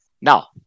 Now